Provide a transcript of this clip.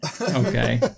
Okay